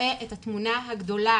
רואה את התמונה הגדולה.